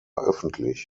öffentlich